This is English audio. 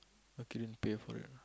lucky didn't pay for it